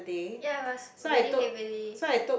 ya it was raining heavily